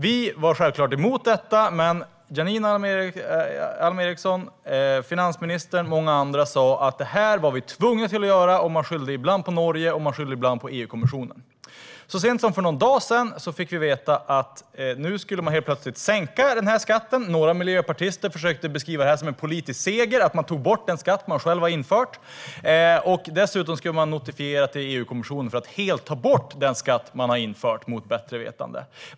Vi var självklart emot detta, men Janine Alm Ericson, finansministern och många andra sa att vi var tvungna att göra det. Man skyllde ibland på Norge, ibland på EU-kommissionen. Så sent som för någon dag sedan fick vi veta att man nu helt plötsligt skulle sänka denna skatt. Några miljöpartister försökte beskriva det som en politisk seger att man tog bort den skatt man själv infört. Dessutom skulle man skicka det här till EU-kommissionen för notifiering för att helt kunna ta bort den skatt man mot bättre vetande infört.